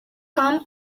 come